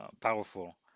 powerful